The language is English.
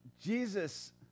Jesus